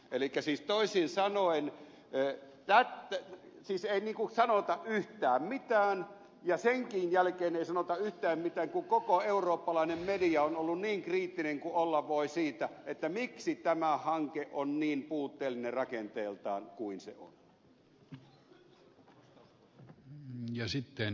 elikkä siis toisin sanoen ei sanota yhtään mitään ja senkään jälkeen ei sanota yhtään mitään kun koko eurooppalainen media on ollut niin kriittinen kuin olla voi siitä miksi tämä hanke on niin puutteellinen rakenteeltaan kuin se on